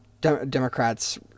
Democrats